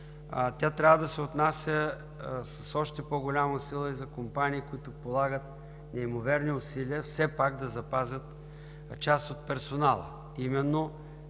тя трябва да се отнася с още по-голяма сила и за компании, които полагат неимоверни усилия все пак да запазят част от персонала.